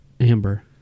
Amber